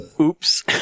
Oops